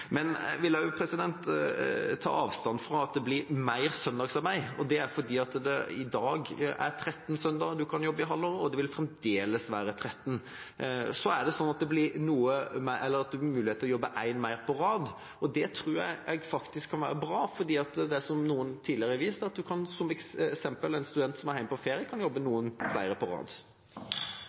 Men jeg vil også ta avstand fra at det blir mer søndagsarbeid. Det gjør jeg fordi det i dag er 13 søndager en kan jobbe i halvåret, og det vil fremdeles være 13. Så er det sånn at det blir mulighet til å jobbe en søndag mer på rad enn nå. Det tror jeg faktisk kan være bra, for som noen tidligere har vist, kan da f.eks. en student som er hjemme på ferie, jobbe noen flere på rad.